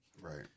Right